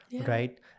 right